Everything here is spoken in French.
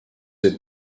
êtes